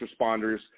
responders